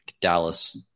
Dallas